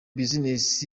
business